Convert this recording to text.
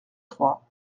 trois